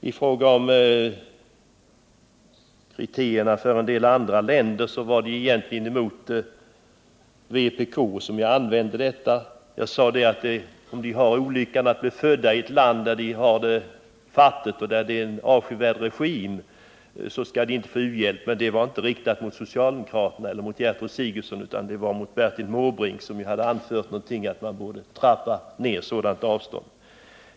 I fråga om kriterierna för en del andra länder var det egentligen mot vpk jag vände mig när jag sade att människor som haft olyckan att bli födda i ett fattigt land med en avskyvärd regim enligt vpk inte skall få någon u-hjälp. Detta var inte riktat mot socialdemokraterna eller Gertrud Sigurdsen utan det var mot Bertil Måbrink, som ju anförde att man borde trappa ner biståndet till vissa sådana länder.